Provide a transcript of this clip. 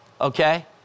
okay